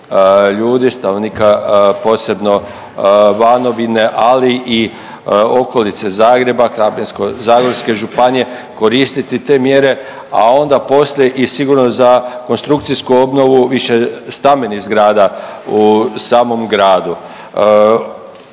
ljudi, stanovnika posebno Banovine, ali i okolice Zagreba, Krapinsko-zagorske županije koristiti te mjere, a onda poslije i sigurno za konstrukcijsku obnovu višestambenih zgrada u samom gradu.